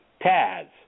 Taz